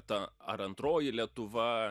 ta ar antroji lietuva